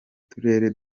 turere